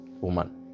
woman